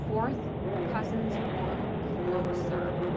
fourth cousins or closer.